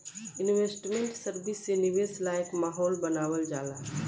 investment service से निवेश लायक माहौल बानावल जाला